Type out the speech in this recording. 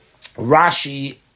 Rashi